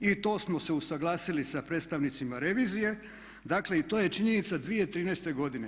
I to smo se usuglasili sa predstavnicima revizije, dakle i to je činjenica 2013. godine.